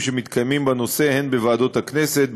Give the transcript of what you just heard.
חבר הכנסת חסון,